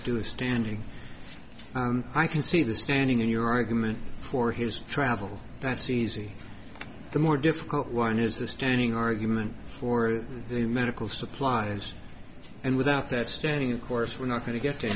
to do with standing i can see the standing in your argument for his travel that's easy the more difficult one is the standing argument for the medical supplies and without that standing of course we're not going to get